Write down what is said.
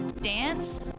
dance